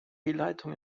leitung